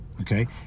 okay